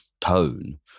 tone